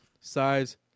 size